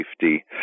safety